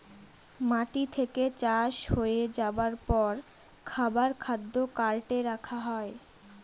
মাটি থেকে চাষ হয়ে যাবার পর খাবার খাদ্য কার্টে রাখা হয়